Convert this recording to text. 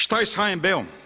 Šta je sa HNB-om?